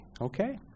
Okay